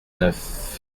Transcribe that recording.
neuf